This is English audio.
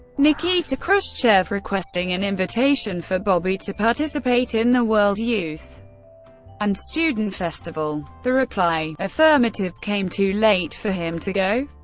nikita khrushchev, requesting an invitation for bobby to participate in the world youth and student festival. the reply affirmative came too late for him to go.